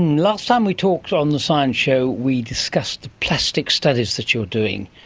last time we talked on the science show we discussed the plastic studies that you are doing.